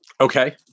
Okay